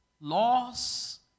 loss